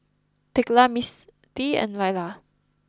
Thekla Misti and Laila